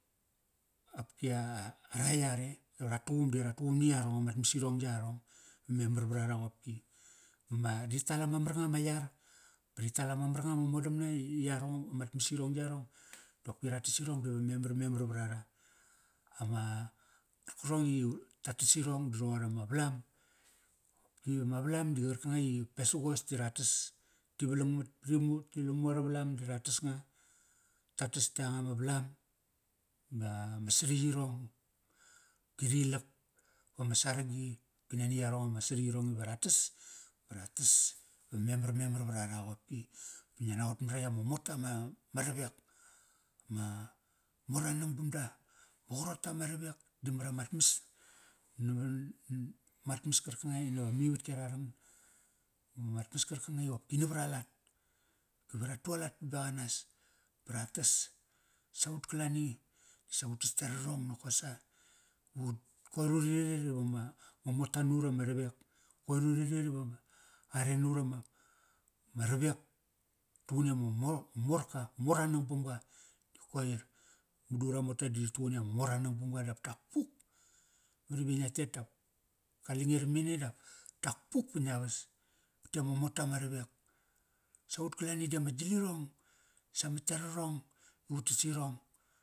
Opki ara yar eh? Ra tuqum di ra tuqum ni yarong amat mas irong yarong va memar vra ra qopki. Ba ma, ri tal ama mar nga ma yar, ba ri tal ama mar nga ma modamna i, i yarong a, amat mas irong yarong. Dopki ra tas irong diva memar, memar vra ra. Ama, karkarong i ta tas irong da roqor ama vlam. Ki vama valam di qarkanga i qop pesagos ti ra tas. Ti valang mat pa ri ti lamu aro valam da ra tas nga. Ta tas yanga ma valam. Ba ma sariyirong, di rilak vama saragi ki nani yarong amasariyirong iva ra tas ba ra tas, ba memar, memar vra ra qopki. Ngia naqot mara i ama mota ma, ma ravek. Ma mor anang bam da. Maqarota ma ravek di mara mat mas. Mat mas karkanga i nava mivatki ararang. Ba mat mas karkanga i qopk navar alat. Ki ve ra tualat pa be qanas ba ra tas. Sa ut kalani, sa utas yararong nokosa. Ba ut, koir uri rir i vama, ma mota nut ama ravek. Koir uri rir iva ma are nut ama, maravek. Tuqun i ama mor, morka, ma mor anang bamga. Di qoir. Madu ura mota di ri tuqun i ama mor anang bamga dap tak puk. Mar ive ngia tet tap kale nge ramene dap tak puk pa ngia vas. Te ama mota ma ravek. Sa ut kalani di amag gilirong, sa mat yararong, i utas irong Ipai